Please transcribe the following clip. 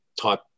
type